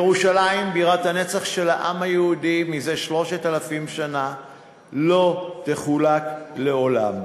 ירושלים בירת הנצח של העם היהודי זה 3,000 שנה לא תחולק לעולם.